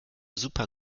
super